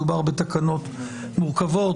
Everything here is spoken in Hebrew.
מדובר בתקנות מורכבות,